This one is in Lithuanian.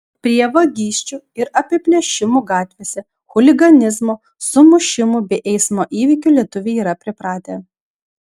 prie vagysčių ir apiplėšimų gatvėse chuliganizmo sumušimų bei eismo įvykių lietuviai yra pripratę